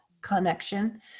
connection